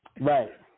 Right